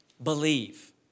Believe